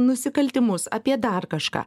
nusikaltimus apie dar kažką